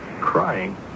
Crying